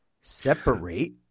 separate